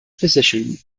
position